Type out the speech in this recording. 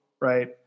right